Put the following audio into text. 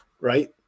right